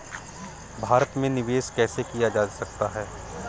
भारत में निवेश कैसे किया जा सकता है?